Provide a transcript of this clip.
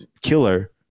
killer